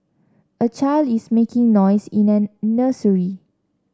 a child is making noise in a nursery